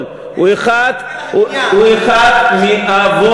הוא אמר את זה עכשיו,